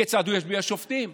כיצד הוא ישביע שופטים?